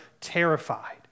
terrified